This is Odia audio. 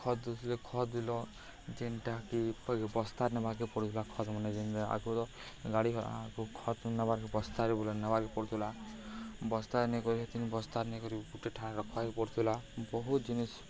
ଖତ୍ ଦଉଥିଲେ ଖତ ଯେନ୍ଟାକି ବସ୍ତାରେ ନେବାର୍କେ ପଡ଼ୁଥିଲା ଖତ୍ ମାନେ ଯେନ୍ତା ଆଗ ତ ଗାଡ଼ି ଆଗକୁ ଖତ୍ ନେବାର୍କେ ବସ୍ତାରେ ବେଲେ ନେବାର୍କେ ପଡ଼ୁଥିଲା ବସ୍ତାରେ ନେଇକରି ସେତିନ ବସ୍ତାରେ ନେଇକରି ଗୁଟେ ଠାନେ ରଖ୍ବାକେ ପଡ଼ୁଥିଲା ବହୁତ୍ ଜିନିଷ୍